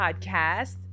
podcast